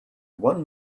one